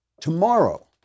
Tomorrow